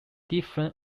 different